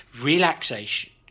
relaxation